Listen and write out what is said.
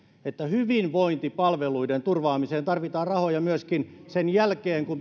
että hyvinvointipalveluiden turvaamiseen tarvitaan rahoja myöskin sen jälkeen kun